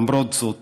למרות זאת,